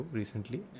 recently